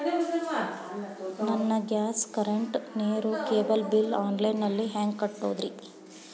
ನನ್ನ gas, current, ನೇರು, cable bill online ನಲ್ಲಿ ಹೆಂಗ್ ಕಟ್ಟೋದ್ರಿ?